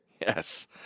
Yes